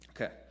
Okay